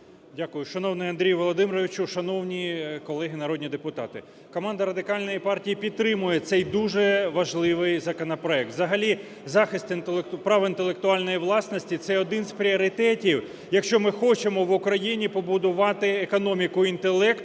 Дякую. Шановний Андрій Володимирович, шановні колеги народні депутати! Команда Радикальної партії підтримує цей дуже важливий законопроект. Взагалі захист права інтелектуальної власності – це один з пріоритетів, якщо ми хочемо в Україні побудувати економіку інтелекту,